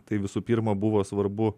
tai visų pirma buvo svarbu